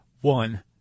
one